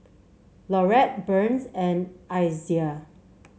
Laurette Burns and Isiah